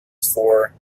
for